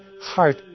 heart